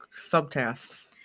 subtasks